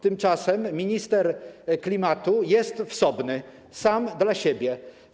Tymczasem minister klimatu jest wsobny, sam dla siebie.